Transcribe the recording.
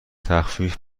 تخفیف